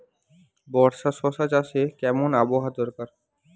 বর্ষার শশা চাষে কেমন আবহাওয়া দরকার?